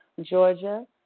Georgia